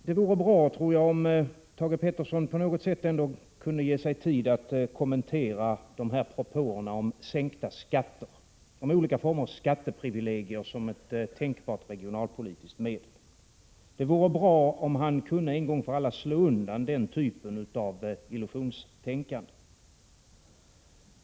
Det vore bra om Thage Peterson på något sätt kunde ge sig tid att kommentera dessa propåer om sänkta skatter och om olika former av skatteprivilegier som ett tänkbart regionalpolitiskt medel. Det vore bra om han en gång för alla kunde slå undan denna typ av illusionstänkande.